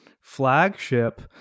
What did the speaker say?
Flagship